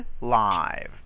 live